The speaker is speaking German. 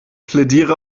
plädiere